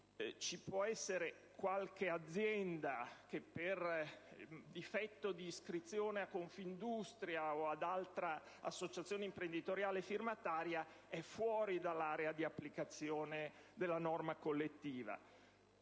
ci può essere qualche azienda che per difetto di iscrizione a Confindustria o ad altra associazione imprenditoriale firmataria resti fuori dall'area di applicazione della norma collettiva.